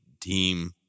team